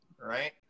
right